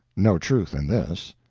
no truth in this.